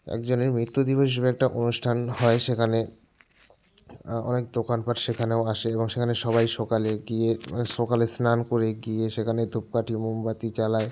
একজনের মৃত্যুদিবস হিসেবে একটা অনুষ্ঠান হয় সেখানে অনেক দোকানপাট সেখানেও আসে এবং সেখানে সবাই সকালে গিয়ে সকালে স্নান করে গিয়ে সেখানে ধূপকাঠি মোমবাতি জ্বালায়